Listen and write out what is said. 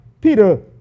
Peter